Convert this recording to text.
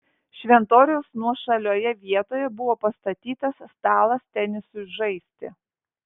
šventoriaus nuošalioje vietoje buvo pastatytas stalas tenisui žaisti